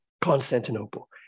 Constantinople